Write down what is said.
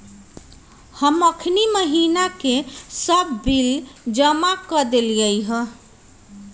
हम अखनी महिना के सभ बिल के जमा कऽ देलियइ ह